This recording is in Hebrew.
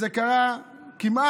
זה קרה כמעט